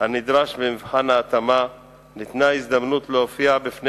הנדרש במבחן ההתאמה ניתנה הזדמנות להופיע בפני